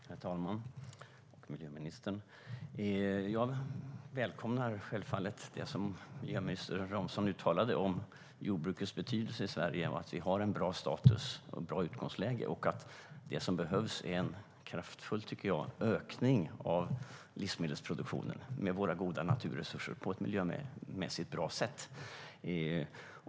Herr talman och miljöministern! Jag välkomnar självfallet det som miljöminister Romson uttalade om jordbrukets betydelse i Sverige, om att vi har en bra status och ett bra utgångsläge och om att det som behövs är en ökning - kraftfull, tycker jag - av livsmedelsproduktionen med våra goda naturresurser på ett miljömässigt bra sätt.